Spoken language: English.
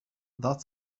that